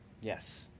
Yes